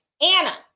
Anna